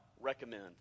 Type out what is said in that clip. recommend